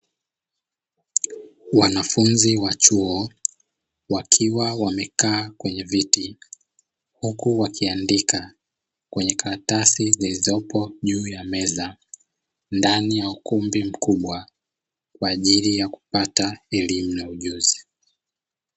Wanafunzi wa chuo wakiwa wamekaa kwenye viti, huku wakiandika kwenye karatasi zilizopo juu ya meza, ndani ya ukumbi mkubwa kwa ajili ya kupata elimu na ujuzi.